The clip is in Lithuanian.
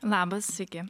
labas sveiki